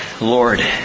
Lord